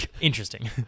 interesting